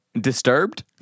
Disturbed